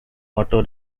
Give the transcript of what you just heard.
auto